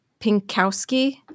Pinkowski